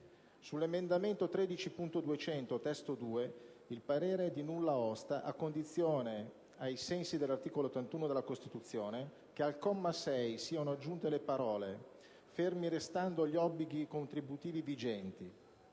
Sull'emendamento 13.200 (testo 2) il parere è di nulla osta, a condizione, ai sensi dell'articolo 81 della Costituzione, che al comma 6 siano aggiunte le parole: "fermi restando gli obblighi contributivi vigenti".